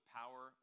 power